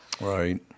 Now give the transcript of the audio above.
right